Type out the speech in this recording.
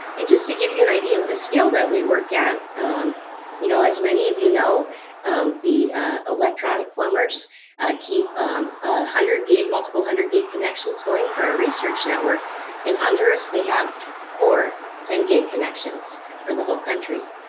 and just to give you an idea of the scale that we work at you know as many of you know the electronic plumbers keep one hundred gig multiple hundred gig connections going for a research network in honduras they have four ten gig connections for the whole country.